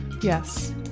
Yes